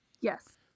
yes